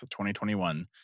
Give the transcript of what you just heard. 2021